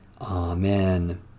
Amen